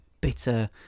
bitter